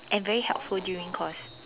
and very helpful during course